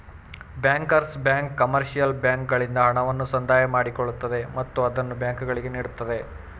bankers bank commercial ಬ್ಯಾಂಕ್ಗಳಿಂದ ಹಣವನ್ನು ಸಂದಾಯ ಮಾಡಿಕೊಳ್ಳುತ್ತದೆ ಮತ್ತು ಅದನ್ನು ಬ್ಯಾಂಕುಗಳಿಗೆ ನೀಡುತ್ತದೆ